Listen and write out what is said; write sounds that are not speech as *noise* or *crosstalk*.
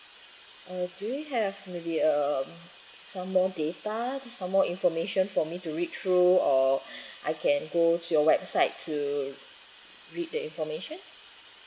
uh do you have maybe um some more data some more information for me to read through or *breath* I can go to your website to read the information